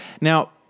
Now